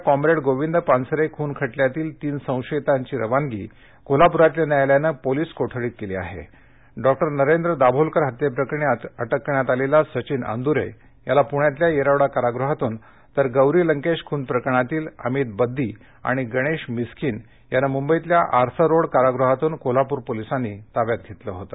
कॉम्रह्योविंद पानसरख्रिन ख उत्यातील तीन संशयितांची रवानगी कोल्हापुरातल्या न्यायालयानं पोलीस कोठडीत क्ली आहा कॉंक उ नरेंद्र दाभोळकर हत्यक्रिरणी अ िक करण्यात आलघ्या सचिन अंद्रश्वाला प्ण्यातल्या या खिडा कारागृहातून तर गौरी लंक्ष्या खुन प्रकरणातील अमित बद्दी आणि गणध्वामिस्किन यांना मुंबईतल्या आर्थर रोड कारागृहातून कोल्हापूर पोलीसांनी ताब्यात घत्तिं होतं